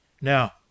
Now